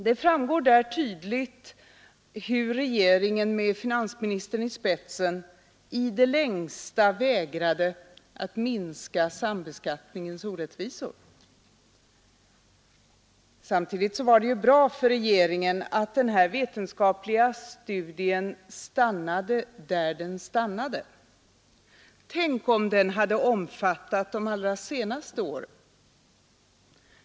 Det framgår där tydligt hur regeringen med finansministern i spetsen i det längsta vägrade att minska sambeskattningens orättvisor. Samtidigt var det ju bra för regeringen att den här vetenskapliga studien stannade där den stannade. Tänk om den hade omfattat de allra senaste åren!